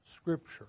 Scripture